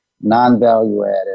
non-value-added